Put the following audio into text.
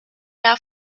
air